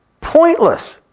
Pointless